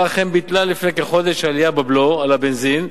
אכן ביטלה לפני חודש עלייה בבלו על הבנזין,